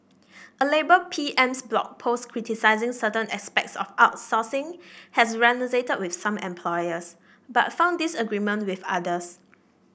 a labour PM's Blog Post criticising certain aspects of outsourcing has resonated with some employers but found disagreement with others